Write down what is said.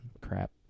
crap